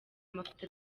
amafoto